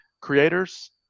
creators –